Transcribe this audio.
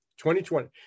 2020